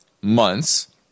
months